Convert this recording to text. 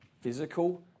physical